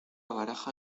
baraja